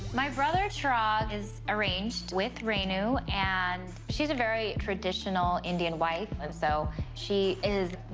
my brother turog is arranged with renu, and she's a very traditional indian wife, um so she is,